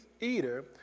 eater